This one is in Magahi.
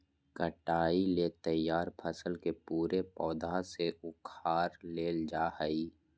कटाई ले तैयार फसल के पूरे पौधा से उखाड़ लेल जाय हइ